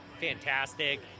fantastic